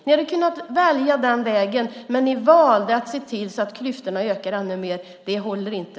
Ni hade kunnat välja den vägen, men ni valde att öka klyftorna ännu mer. Det håller inte.